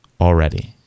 already